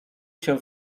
się